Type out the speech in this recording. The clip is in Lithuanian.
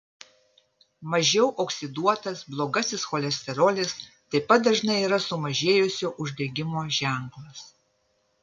mažiau oksiduotas blogasis cholesterolis taip pat dažnai yra sumažėjusio uždegimo ženklas